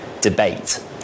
debate